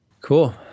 Cool